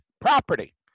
property